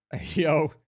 Yo